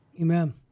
Amen